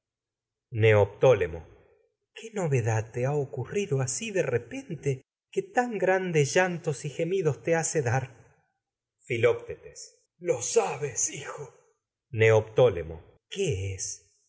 niño neoptólemo qué novedad te ha ocurrido asi de repente que tan grandes llantos y filoctetes gemidos te hace dar lo sabes hijo neoptólemo filoctetes qué es